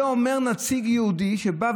את זה אומר נציג יהודי שבא.